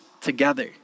together